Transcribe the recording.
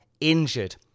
injured